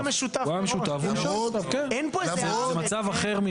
הוא היה משותף מראש --- למרות --- זה מצב אחר.